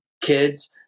kids